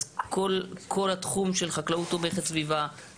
אז יש את כל התחום של חקלאות תומכת סביבה